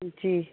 जी